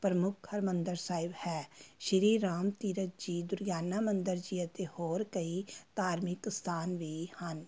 ਪ੍ਰਮੁੱਖ ਹਰਿਮੰਦਰ ਸਾਹਿਬ ਹੈ ਸ਼੍ਰੀ ਰਾਮ ਤੀਰਥ ਜੀ ਦੁਰਗਿਆਨਾ ਮੰਦਰ ਜੀ ਅਤੇ ਹੋਰ ਕਈ ਧਾਰਮਿਕ ਅਸਥਾਨ ਵੀ ਹਨ